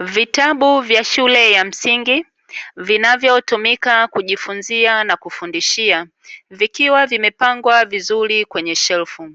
Vitabu vya shule ya msingi vinavyotumika kufunzia na kufundishia, zikiwa zimepangwa vizuri kwenye shelfu.